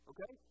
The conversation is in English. Okay